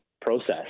process